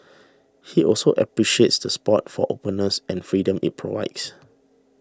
he also appreciates the spot for openness and freedom it provides